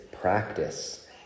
practice